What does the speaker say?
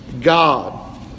God